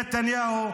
אני עוצר את השנייה.